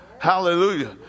Hallelujah